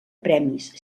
premis